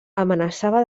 amenaçava